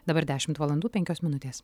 dabar dešimt valandų penkios minutės